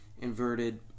inverted